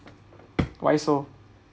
why so